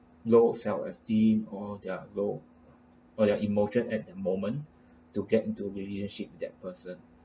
low self esteem or their low or your emotion at the moment to get into relationship with that person